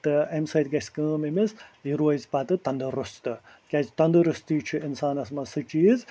تہٕ اَمہِ سۭتۍ گژھِ کٲم أمِس یہِ روزِ پتہٕ تَنٛدرُستہٕ کیٛازِ تَنٛدرُستی چھِ اِنسانَس منٛز سُہ چیٖز